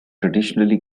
traditionally